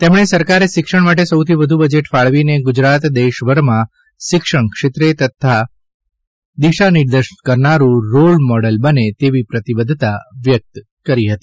તેમણે સરકારે શિક્ષણ માટે સૌથી વધુ બજેટ ફાળવી ને ગુજરાત દેશભરમાં શિક્ષણક્ષેત્રે પણ દિશા દર્શન કરનારું રોલ મોડેલ બને તેવી પ્રતિબદ્ધતા વ્યક્ત કરી હતી